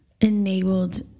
enabled